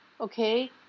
okay